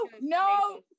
no